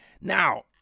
Now